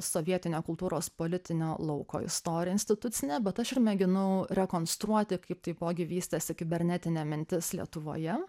sovietinio kultūros politinio lauko istorija institucinė bet aš ir mėginau rekonstruoti kaip taipogi vystėsi kibernetinė mintis lietuvoje